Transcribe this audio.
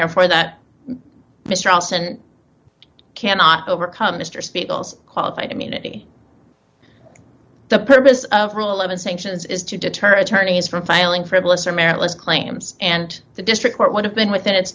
therefore that mr olson cannot overcome mr spiegel's qualified immunity the purpose of rule eleven sanctions is to deter attorneys from filing frivolous or meritless claims and the district court would have been within its